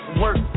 work